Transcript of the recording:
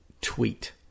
tweet